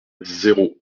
zéro